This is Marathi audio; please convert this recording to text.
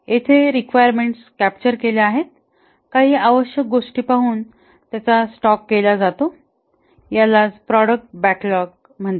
येथे रिक्वायरमेंट्स कॅप्चर केल्या आहेत काही आवश्यक गोष्टी पाहून त्यांचा स्टॉक केला जातो यालाच प्रॉडक्ट बॅकलॉग म्हणतात